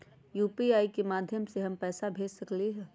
UPI के माध्यम से हम पैसा भेज सकलियै ह?